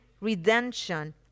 redemption